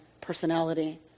personality